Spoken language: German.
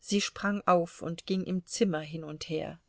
sie sprang auf und ging im zimmer hin und her